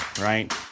right